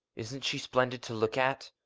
isn't she splendid to look at?